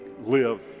live